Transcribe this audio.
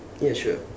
ya sure